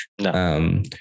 No